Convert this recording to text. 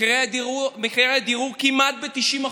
מחירי הדיור עלו כמעט ב-90%.